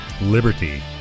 liberty